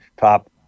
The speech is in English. top